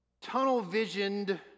tunnel-visioned